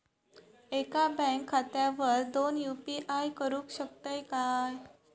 एका बँक खात्यावर दोन यू.पी.आय करुक शकतय काय?